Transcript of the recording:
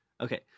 okay